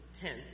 tent